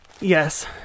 Yes